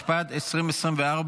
התשפ"ד 2024,